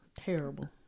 Terrible